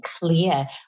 clear